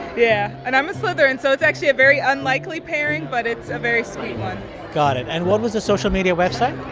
yeah. and i'm a slytherin, so it's actually a very unlikely pairing, but it's a very sweet one got it. and what was the social media website?